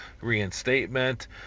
reinstatement